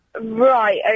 Right